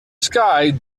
sky